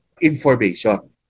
information